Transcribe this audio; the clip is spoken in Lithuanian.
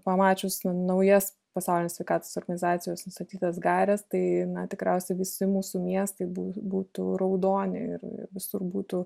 pamačius naujas pasaulinės sveikatos organizacijos nustatytas gaires tai tikriausiai visi mūsų miestai bū būtų raudoni ir ir visur būtų